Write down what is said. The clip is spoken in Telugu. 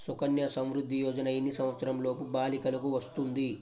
సుకన్య సంవృధ్ది యోజన ఎన్ని సంవత్సరంలోపు బాలికలకు వస్తుంది?